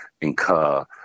incur